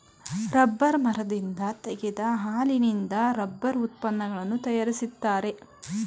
rubber ಮರದಿಂದ ತೆಗೆದ ಹಾಲಿನಿಂದ ರಬ್ಬರ್ ಉತ್ಪನ್ನಗಳನ್ನು ತರಯಾರಿಸ್ತರೆ